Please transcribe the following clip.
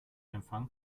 empfang